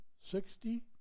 sixty